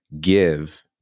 give